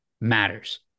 matters